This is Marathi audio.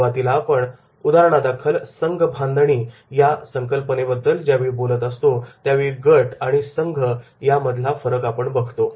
सुरुवातीला आपण उदाहरणादाखलसंघ बांधणी या संकल्पनेबद्दल ज्यावेळी बोलत असतो त्यावेळी गट आणि संघ या मधला फरक आपण बघतो